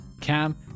Cam